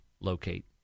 locate